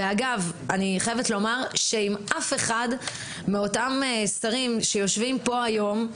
אני חייבת לומר שעם אף אחד מאותם שרים שיושבים כאן היום,